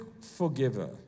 forgiver